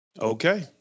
Okay